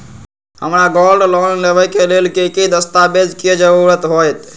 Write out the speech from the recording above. हमरा gold loan लेबे के लेल कि कि दस्ताबेज के जरूरत होयेत?